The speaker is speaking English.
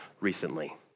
recently